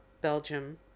Belgium